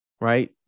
right